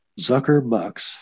Zuckerbucks